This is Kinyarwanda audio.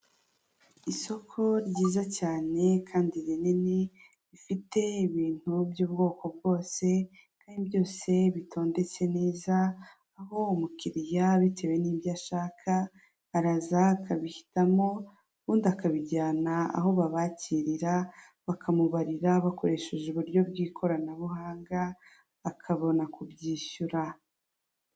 Ni inyubako irereye i Kigali Kabeza bari kutwereka ko ifite igikoni kigezweho, iyi nzu ikigaragara cyo iri kugurishwa kuko bari kutwereka ko ufite amadolari magana atanu mirongo itanu wabona iyi nzu, irimo ibikoresho bitandukanye, irimo ahantu bashobora gutekera n'aho bashobora gukarabira, harimo n'utubati.